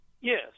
yes